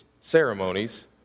ceremonies